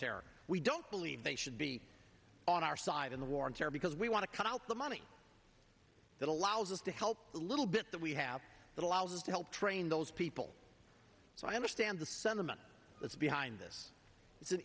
terror we don't believe they should be on our side in the war on terror because we want to cut out the money that allows us to help a little bit that we have that allows us to help train those people so i understand the sentiment that's behind this it's an